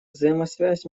взаимосвязь